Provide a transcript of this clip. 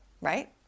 right